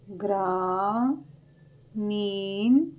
ਗ੍ਰਾਮੀਣ